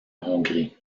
hongrie